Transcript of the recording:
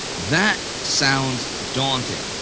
that sounds daunting,